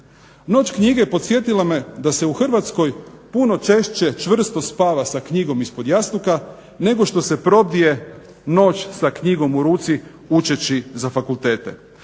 Noć knjige podsjetila me da se u Hrvatskoj puno češće čvrsto spava sa knjigom ispod jastuka nego što se probdije noć sa knjigom u ruci učeći za fakultete.